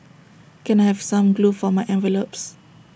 can I have some glue for my envelopes